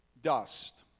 dust